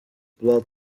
blood